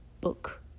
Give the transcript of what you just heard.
book